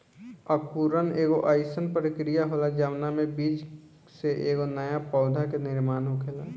अंकुरण एगो आइसन प्रक्रिया होला जवना में बीज से एगो नया पौधा के निर्माण होखेला